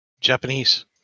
Japanese